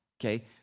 Okay